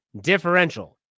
differential